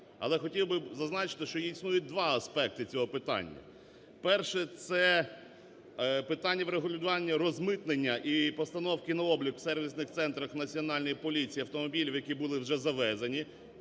Але хотів би зазначити, що існують два аспекти цього питання. Перше, це питання врегулювання розмитнення і постановки на облік в сервісних центрах Національної поліції автомобілів, які були вже завезені